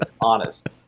honest